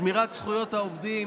שמירת זכויות העובדים